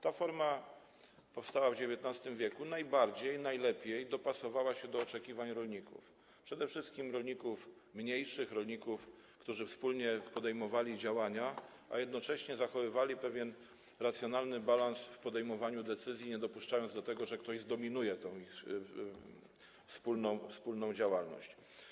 Ta forma powstała w XIX w. i najbardziej, najlepiej dopasowała się do oczekiwań rolników, przede wszystkim rolników mniejszych, rolników, którzy wspólnie podejmowali działania, a jednocześnie zachowywali pewien racjonalny balans w podejmowaniu decyzji, nie dopuszczając do tego, że ktoś zdominuje tę ich wspólną działalność.